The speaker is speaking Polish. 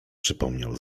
przypomniał